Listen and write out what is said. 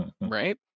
Right